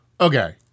Okay